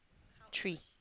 three